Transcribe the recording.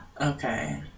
Okay